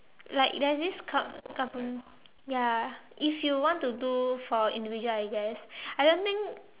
like there's this gov~ government ya if you want to do for individual I guess I don't think